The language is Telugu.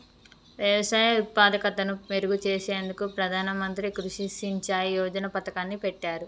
వ్యవసాయ ఉత్పాదకతను మెరుగు చేసేందుకు ప్రధాన మంత్రి కృషి సించాయ్ యోజన పతకాన్ని పెట్టారు